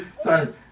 Sorry